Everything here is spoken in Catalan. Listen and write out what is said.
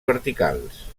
verticals